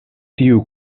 tiu